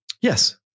Yes